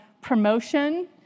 promotion